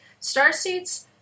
starseeds